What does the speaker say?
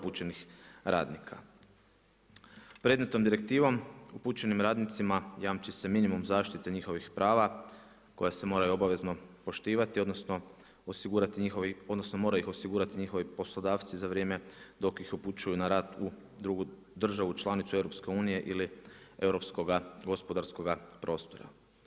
Predmetnom direktivom upućenim radnicima jamči se minimum zaštite njihovih prava, koje se moraju obavezno poštivati, odnosno osigurati njihove, odnosno moraju ih osigurati njihovi poslodavci za vrijeme dok ih upućuju na rad u drugu državu, članicu EU ili Europskoga gospodarskoga prostora.